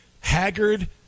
haggard